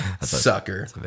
sucker